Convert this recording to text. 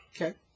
Okay